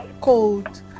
cold